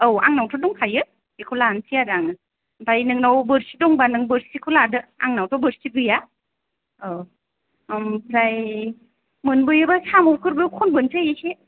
औ आंनावथ' दंखायो बेखौ लानसै आरो आङो ओमफ्राय नोंनाव बोरसि दं बा नों बोरसिखौ लादो आंनाव थ' बोरसि गैया औ ओमफ्राय मोनबोयो बा साम'फोरबो खनबोनसै एसे